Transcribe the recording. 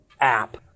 app